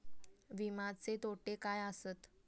विमाचे तोटे काय आसत?